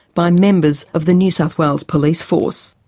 by members of the new south wales police force.